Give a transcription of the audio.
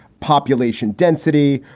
population density,